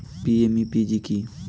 PMEGP কি?